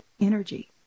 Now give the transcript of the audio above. energy